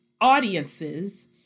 audiences